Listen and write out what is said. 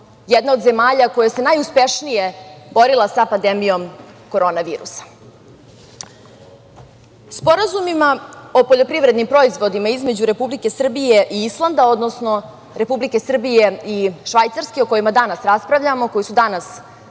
jedna od zemalja koja se najuspešnije borila sa pandemijom korona virusom. Sporazumima o poljoprivrednim proizvodima između Republike Srbije i Islanda, odnosno Republike Srbije i Švajcarske, o kojima danas raspravljamo,